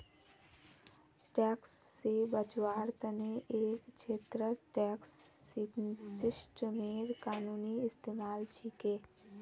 tax से बचवार तने एक छेत्रत टैक्स सिस्टमेर कानूनी इस्तेमाल छिके